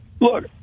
look